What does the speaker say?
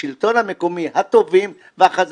השלטון המקומי, הטובים והחזקים,